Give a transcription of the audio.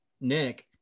Nick